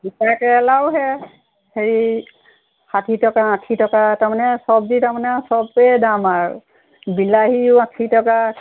তিতাকেৰেলাও সেই হেৰি ষাঠি টকা আশী টকা তাৰমানে চব্জি তাৰমানে সবেই দাম আৰু বিলাহীও আশী টকা